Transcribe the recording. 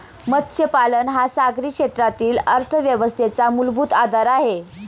मत्स्यपालन हा सागरी क्षेत्रातील अर्थव्यवस्थेचा मूलभूत आधार आहे